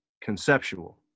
conceptual